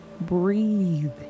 Breathe